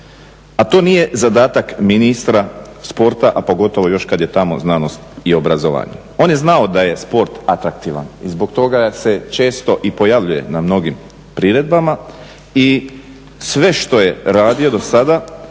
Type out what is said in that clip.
A to nije zadatak ministra sporta a pogotovo još kada je tamo znanost i obrazovanje. On je znao da je sport atraktivan i zbog toga se često i pojavljuje na mnogim priredbama i sve što je radio do sada